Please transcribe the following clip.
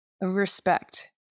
respect